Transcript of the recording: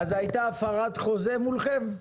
אז הייתה הפרת חוזה מולכם?